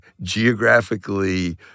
geographically